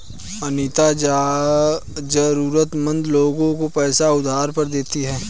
अनीता जरूरतमंद लोगों को पैसे उधार पर देती है